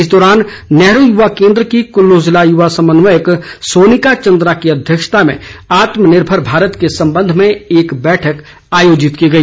इस दौरान नेहरू युवा केन्द्र की कुल्लू जिला युवा समन्वयक सोनिका चन्द्रा की अध्यक्षता में आत्मनिर्भर भारत के संबंध में एक बैठक आयोजित की गई